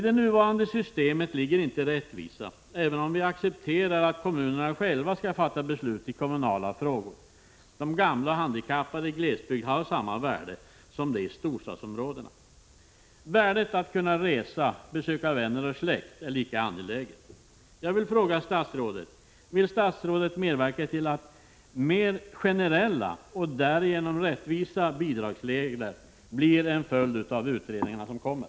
Det nuvarande systemet är inte rättvist, även om vi accepterar att kommunerna själva skall fatta beslut i kommunala frågor. De gamla och handikappade i glesbygd har samma värde som de i storstadsområdena. Det är lika angeläget överallt att kunna resa och besöka släkt och vänner. Jag vill fråga statsrådet: Vill statsrådet medverka till att mer generella och därigenom rättvisa bidragsregler blir en följd av de utredningar som pågår?